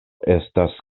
estas